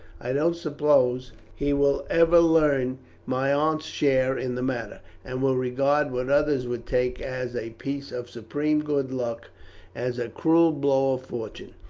i don't suppose he will ever learn my aunt's share in the matter, and will regard what others would take as a piece of supreme good luck as a cruel blow of fortune.